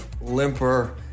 Limper